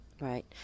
Right